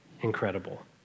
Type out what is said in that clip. incredible